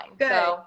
Good